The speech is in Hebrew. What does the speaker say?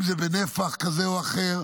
אם זה בנפח כזה או אחר,